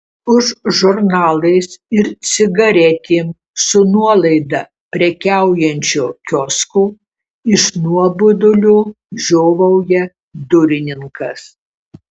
už žurnalais ir cigaretėm su nuolaida prekiaujančio kiosko iš nuobodulio žiovauja durininkas